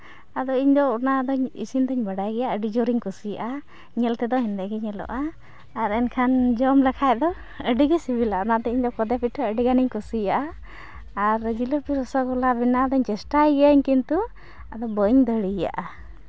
ᱟᱫᱚ ᱤᱧ ᱫᱚ ᱚᱱᱟ ᱫᱚ ᱤᱥᱤᱱ ᱫᱚᱧ ᱵᱟᱰᱟᱭ ᱜᱮᱭᱟ ᱟᱹᱰᱤ ᱡᱳᱨᱤᱧ ᱠᱩᱥᱤᱭᱟᱜᱼᱟ ᱧᱮᱞ ᱛᱮᱫᱚ ᱦᱮᱸᱫᱮ ᱜᱮ ᱧᱮᱞᱚᱜᱼᱟ ᱟᱨ ᱮᱱᱠᱷᱟᱱ ᱡᱚᱢ ᱞᱮᱠᱷᱟᱱ ᱫᱚ ᱟᱹᱰᱤ ᱜᱮ ᱥᱤᱵᱤᱞᱟ ᱚᱱᱟᱛᱮ ᱤᱧ ᱫᱚ ᱠᱚᱫᱮ ᱯᱤᱴᱷᱟᱹ ᱟᱹᱰᱤ ᱜᱟᱱᱤᱧ ᱠᱩᱥᱤᱭᱟᱜᱼᱟ ᱟᱨ ᱡᱤᱞᱟᱹᱯᱤ ᱨᱚᱥᱚᱜᱚᱞᱞᱟ ᱵᱮᱱᱟᱣ ᱫᱚᱧ ᱪᱮᱥᱴᱟᱭ ᱜᱤᱭᱟᱹᱧ ᱠᱤᱱᱛᱩ ᱟᱫᱚ ᱵᱟᱹᱧ ᱫᱟᱲᱮᱭᱟᱜᱼᱟ